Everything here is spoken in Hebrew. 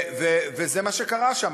זה מה שקרה שם.